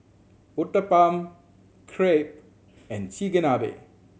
Uthapam Crepe and Chigenabe